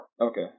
Okay